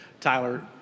Tyler